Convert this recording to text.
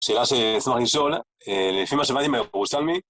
שאלה שאשמח לשאול, לפי מה שהבנתי מהירושלמי